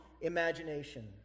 imagination